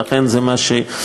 ואכן זה מה שקורה.